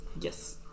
yes